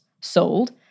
sold